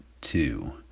two